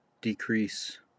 decrease